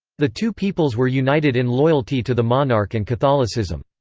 the two peoples were united in loyalty to the monarch and catholicism.